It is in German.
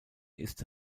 ist